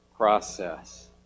process